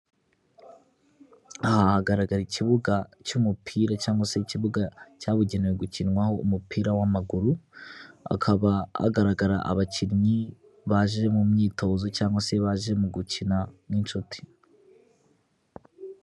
Aha hagaragara ikibuga cy'umupira, cyangwag se ikibuga cyabugenewe gukinwaho umupira w'amaguru, hakaba hagaragara abakinnyi baje mu myitozo, cyangwa se baje mu gukina n'inshuti.